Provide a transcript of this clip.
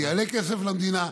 זה יעלה כסף למדינה,